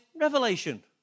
revelation